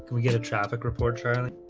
we get a traffic report charlie